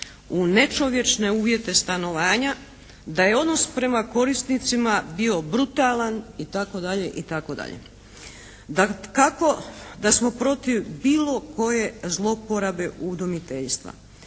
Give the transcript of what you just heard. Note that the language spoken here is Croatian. u nečovječne uvjete stanovanja, da je odnos prema korisnicima bio brutalan itd. Dakako da smo protiv bilo koje zlouporabe udomiteljstva.